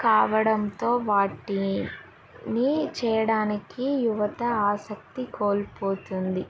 కావడంతో వాటిని చేయడానికి యువత ఆసక్తి కోల్పోతుంది